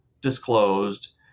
disclosed